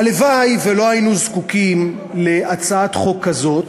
הלוואי שלא היינו זקוקים להצעת חוק כזאת,